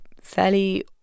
fairly